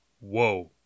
whoa